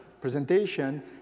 presentation